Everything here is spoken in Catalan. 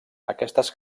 aquestes